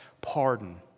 pardon